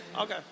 Okay